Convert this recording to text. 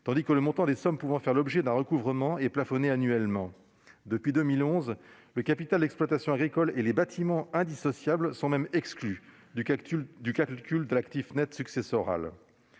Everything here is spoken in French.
tandis que le montant des sommes pouvant faire l'objet d'un recouvrement est plafonné annuellement. Depuis 2011, le capital d'exploitation agricole et les bâtiments indissociables sont même exclus du calcul de l'actif net successoral.